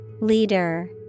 Leader